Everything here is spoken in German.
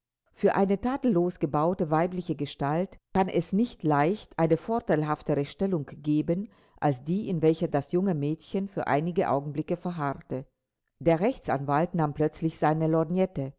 für eine tadellos gebaute weibliche gestalt kann es nicht leicht eine vorteilhaftere stellung geben als die in welcher das junge mädchen für einige augenblicke verharrte der rechtsanwalt nahm plötzlich seine lorgnette